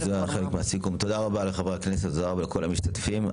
תודה רבה לחברי הכנסת ולכל המשתתפים,